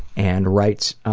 and writes,